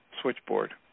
switchboard